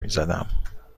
میزدم